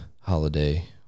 holiday